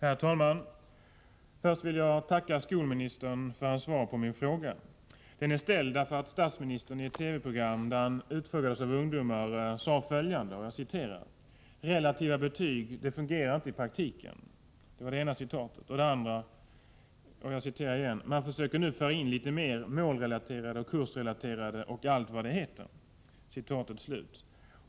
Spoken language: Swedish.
Herr talman! Först vill jag tacka skolministern för hans svar på min fråga. Den är ställd därför att statsministern i ett TV-program där han utfrågades av ungdomar sade följande: Relativa betyg fungerar inte i praktiken. Man försöker nu föra in litet mer målrelaterade och kursrelaterade betyg.